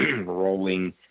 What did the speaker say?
rolling